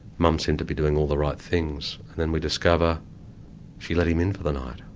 mum seemed to be doing all the right things. then we discover she let him in for the night.